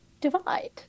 divide